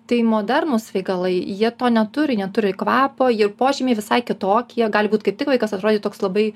tai modernūs svaigalai jie to neturi neturi kvapo jų požymiai visai kitokie gali būt kaip tik vaikas atrodyt toks labai